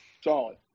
Solid